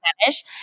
Spanish